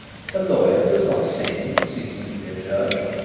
a lawyer does not sin in seeking to be a judge,